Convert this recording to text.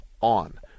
on